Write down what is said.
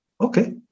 Okay